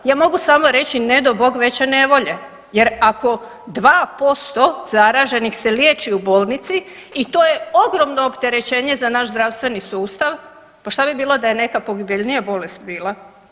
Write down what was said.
Ja mogu samo reći, ne d'o Bog veće nevolje jer ako 2% zaraženih se liječi u bolnici i to je ogromno opterećenje za naš zdravstveni sustav, pa šta bi bilo da je neka pogibeljnija bolest bila?